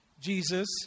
Jesus